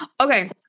Okay